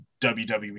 WWE